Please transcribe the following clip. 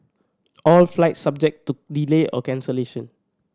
all flights subject to delay or cancellation